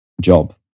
job